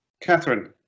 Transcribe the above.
Catherine